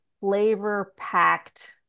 flavor-packed